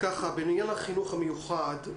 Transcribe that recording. בעניין החינוך המיוחד,